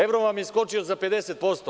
Evro vam je skočio za 50%